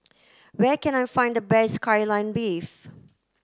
where can I find the best Kai Lan Beef